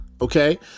Okay